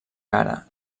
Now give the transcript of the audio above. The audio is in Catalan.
cara